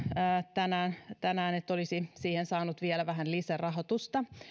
tänään tänään että olisi siihen saanut vielä vähän lisärahoitusta